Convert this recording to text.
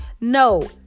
No